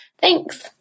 Thanks